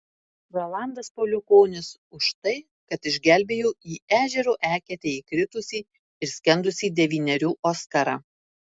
rolandas pauliukonis už tai kad išgelbėjo į ežero eketę įkritusį ir skendusį devynerių oskarą